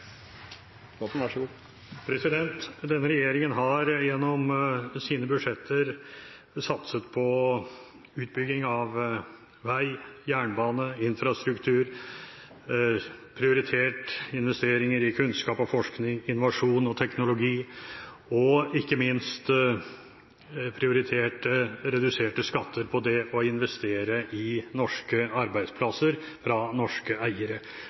Denne regjeringen har gjennom sine budsjetter satset på utbygging av vei, jernbane og infrastruktur. Den har prioritert investeringer i kunnskap og forskning, innovasjon og teknologi, og ikke minst har den prioritert reduserte skatter på å investere i norske arbeidsplasser fra norske eiere.